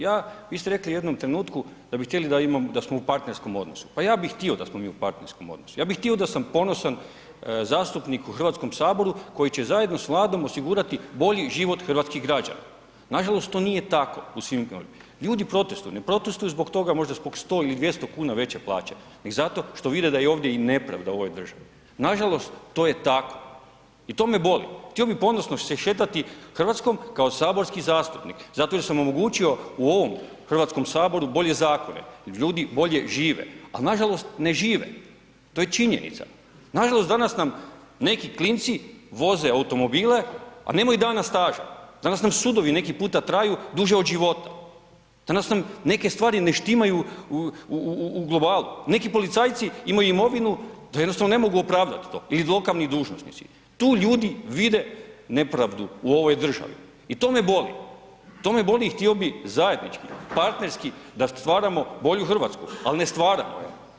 Ja, vi ste rekli u jednom trenutku da bi htjeli da smo u partnerskom odnosu, pa ja bi htio da smo mi u partnerskom odnosu, ja sam htio da sam ponosan zastupnik u HS koji će zajedno s Vladom osigurati bolji život hrvatskih građana, nažalost to nije tako u svim … [[Govornik se ne razumije]] Ljudi protestuju, ne protestuju zbog toga, možda zbog 100 ili 200,00 kn veće plaće, nego zato što vide da je ovdje i nepravda u ovoj državi, nažalost to je tako i to me boli, htio bi ponosno se šetati RH kao saborski zastupnik zato jer sam omogućio u ovom HS bolje zakone da ljudi bolje žive, al nažalost ne žive, to je činjenica, nažalost danas nam neki klinci voze automobile, a nemaju dana staža, danas nam sudovi neki puta traju duže od života, danas nam neke stvari ne štimaju u globalu, neki policajci imaju imovinu da jednostavno ne mogu opravdat to ili lokalni dužnosnici, tu ljudi vide nepravdu u ovoj državi i to me boli, to me boli i htio bi zajednički partnerski da stvaramo bolju RH, al ne stvaramo je.